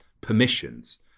permissions